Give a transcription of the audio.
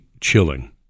chilling